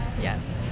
Yes